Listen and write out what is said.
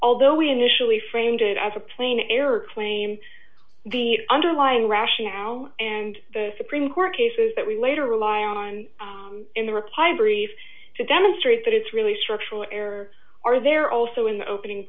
although we initially framed it as a plain error claim the underlying rationale and the supreme court cases that we later rely on in the reply brief to demonstrate that it's really structural error are there also in the opening